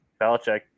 Belichick